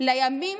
לימים